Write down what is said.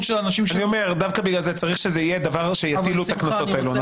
של אנשים -- אז אני אומר שדווקא בגלל זה צריך שיטילו את הקנסות האלה,